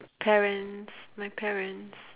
parents my parents